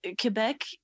Quebec